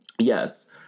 Yes